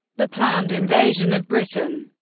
the planned invasion of britain.